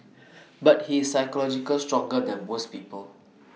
but he is psychological stronger than most people